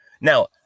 Now